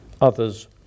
others